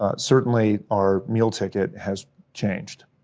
ah certainly our meal ticket has changed.